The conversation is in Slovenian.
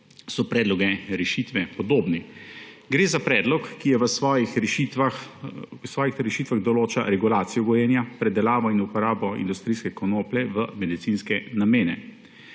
so predlogi rešitve podobni. Gre za predlog, ki v svojih rešitvah določa regulacijo gojenja, predelavo in uporabo industrijske konoplje v medicinske namene.